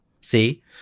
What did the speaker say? See